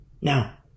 Now